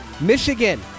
Michigan